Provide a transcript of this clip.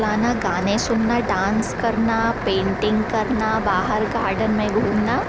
गाने सुनना डांस करना पेंटिंग करना बाहर गार्डन में घूमना